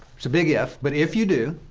it's a big if but if you do,